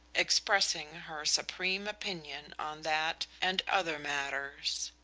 expressing her supreme opinion on that and other matters.